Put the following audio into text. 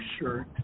shirt